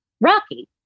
rocky